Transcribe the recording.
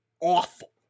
awful